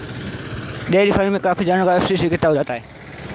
dairy farming में काफी जानवरों का अपशिष्ट इकट्ठा हो जाता है